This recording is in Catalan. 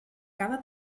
cada